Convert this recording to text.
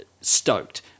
stoked